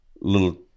little